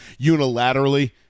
unilaterally